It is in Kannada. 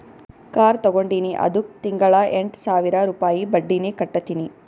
ಕಾರ್ ತಗೊಂಡಿನಿ ಅದ್ದುಕ್ ತಿಂಗಳಾ ಎಂಟ್ ಸಾವಿರ ರುಪಾಯಿ ಬಡ್ಡಿನೆ ಕಟ್ಟತಿನಿ